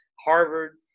harvard